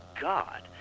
God